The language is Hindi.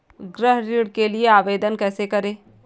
गृह ऋण के लिए आवेदन कैसे करें?